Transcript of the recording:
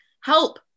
help